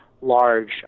large